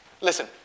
listen